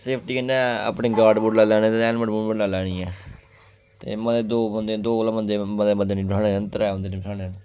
safety कन्नै अपनी guard गूर्ड लाई लैने ते हेलमेट बी लाई लैनी ऐ ते मते दो बंदे दो कोला बंदे मते बंदे निं बठाने त्रै बंदे निं बठाने न